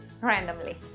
randomly